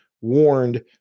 warned